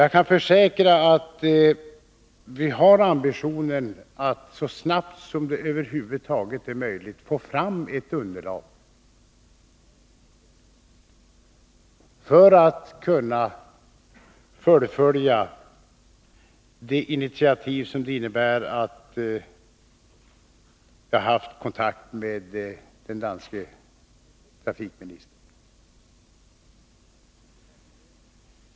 Jag kan försäkra att vi har ambitioner att så snabbt som det över huvud taget är möjligt få fram ett underlag för att kunna fullfölja de initiativ som jag har tagit genom att vara i kontakt med den danske trafikministern.